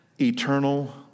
eternal